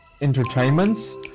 entertainments